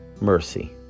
mercy